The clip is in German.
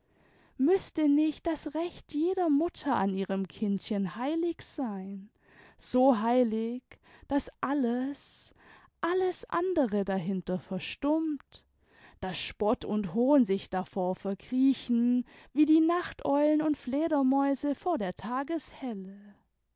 müßte nicht das recht jeder mutter an ihrem kindchen heilig sein so heilig daß alles alles andere dahinter verstummt daß spott und hohn sich davor verkriechen wie die nachteulen und fledermäuse vor der tageshelle